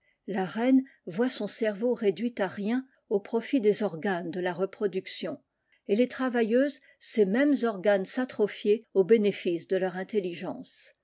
la reine voit son cerveau réduit à rien au profit des organes de la reproduction et les travailleuses ces mêmes organes s'atrophier au bénéfice de leur intelligence